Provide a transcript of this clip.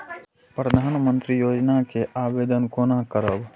प्रधानमंत्री योजना के आवेदन कोना करब?